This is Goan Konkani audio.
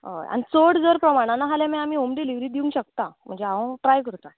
हय आनी चड जर प्रमाणान आसा जाल्यार मागीर आमी होम डिलिवरी दिवंक शकता म्हणजे हांव ट्राय करता